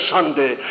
Sunday